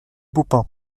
baupin